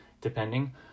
depending